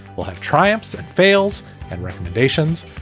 we'll have triumphs and fails and recommendations.